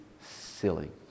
silly